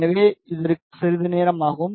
எனவே இதற்கு சிறிது நேரம் ஆகும்